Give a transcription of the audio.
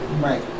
Right